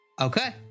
Okay